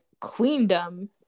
Queendom